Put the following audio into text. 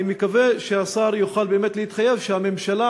אני מקווה שהשר יוכל באמת להתחייב שהממשלה,